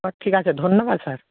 ও ঠিক আছে ধন্যবাদ স্যার